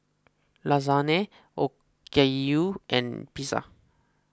Lasagne Okayu and Pizza